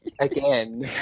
again